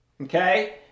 okay